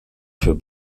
für